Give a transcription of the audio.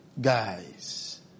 guys